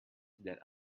that